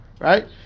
Right